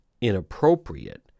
inappropriate